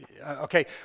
Okay